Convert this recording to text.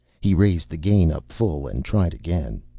he raised the gain up full and tried again.